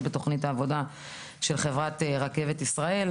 בתוכנית העבודה של חברת רכבת ישראל.